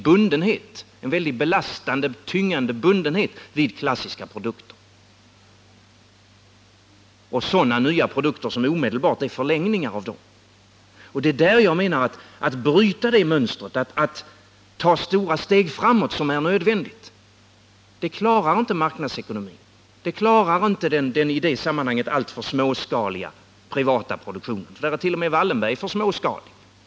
Man har också en mycket belastande och tyngande bundenhet vid klassiska produkter och sådana nya produkter som är omedelbara förlängningar av dem. Jag menar att det är nödvändigt att bryta det mönstret och ta stora steg framåt. Det klarar inte marknadsekonomin, det klarar inte den i det sammanhanget alltför småskaliga privata produktionen. Där är t.o.m. Wallenberg för småskalig.